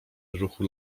ruchu